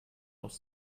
aus